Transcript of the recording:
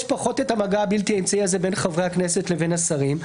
יש פחות את המגע הבלתי אמצעי הזה בין חברי הכנסת לבין השרים.